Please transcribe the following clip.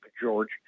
George